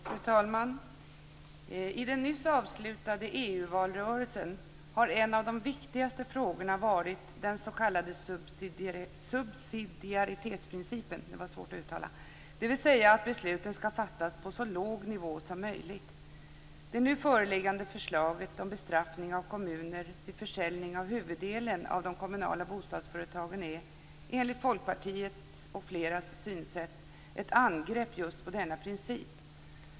Fru talman! I den nyss avslutade EU-valrörelsen har en av de viktigaste frågorna varit den s.k. subsidiaritetsprincipen, dvs. att besluten skall fattas på så låg nivå som möjligt. Det nu föreliggande förslaget om bestraffning av kommuner vid försäljning av huvuddelen av de kommunala bostadsföretagen är, enligt Folkpartiets och flera andras synsätt, ett angrepp just på denna princip.